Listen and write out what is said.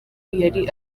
yari